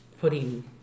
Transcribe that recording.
putting